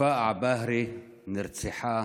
ופאא עבאהרה נרצחה